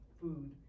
food